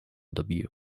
debut